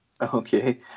Okay